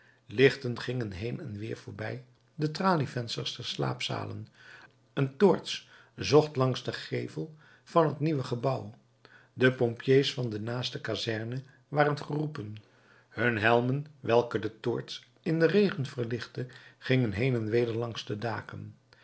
lichten gingen heen en weer voorbij de tralievensters der slaapzalen een toorts zocht langs den gevel van het nieuwe gebouw de pompiers van de naaste kazerne waren geroepen hun helmen welke de toorts in den regen verlichtte gingen heen en weder langs de daken